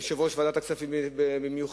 וליושב-ראש ועדת הכספים במיוחד.